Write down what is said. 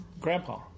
Grandpa